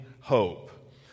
hope